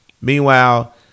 Meanwhile